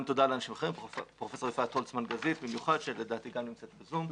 תודה גם לפרופסור יפעת הולצמן גזית שלדעתי נמצאת ב-זום.